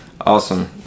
Awesome